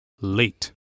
late